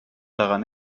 daran